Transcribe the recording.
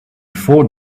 four